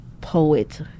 poet